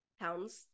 pounds